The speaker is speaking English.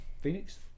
Phoenix